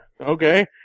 Okay